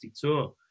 tour